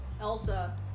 Elsa